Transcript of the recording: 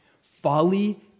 Folly